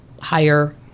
higher